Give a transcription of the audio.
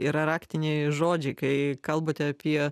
yra raktiniai žodžiai kai kalbate apie